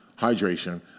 hydration